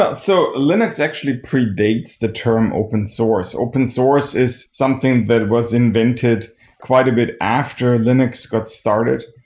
ah so linux actually predates the term open source. open source is something that it was invented quite a bit after linux got started.